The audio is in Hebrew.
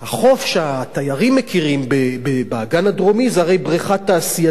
החוף שהתיירים מכירים באגן הדרומי זה הרי בריכה תעשייתית,